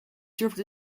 durfde